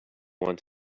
want